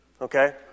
Okay